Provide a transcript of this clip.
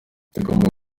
tugomba